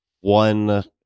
one